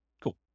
Cool